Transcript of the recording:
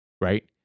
Right